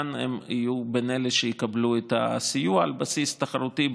כאן הם יהיו בין אלה שיקבלו את הסיוע על בסיס תחרותי,